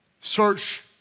Search